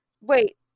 Wait